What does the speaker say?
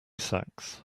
sacks